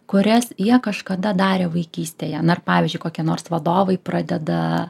kurias jie kažkada darė vaikystėje na ir pavyzdžiui kokie nors vadovai pradeda